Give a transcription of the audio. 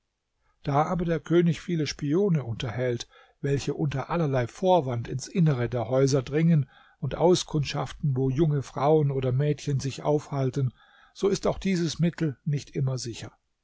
da aber der könig viele spione unterhält welche unter allerlei vorwand ins innere der häuser dringen und auskundschaften wo junge frauen oder mädchen sich aufhalten so ist auch dieses mittel nicht immer sicher